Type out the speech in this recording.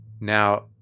Now